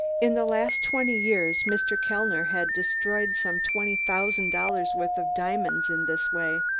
in the last twenty years mr. kellner had destroyed some twenty thousand dollars' worth of diamonds in this way.